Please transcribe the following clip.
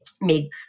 make